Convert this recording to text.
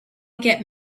get